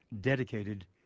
dedicated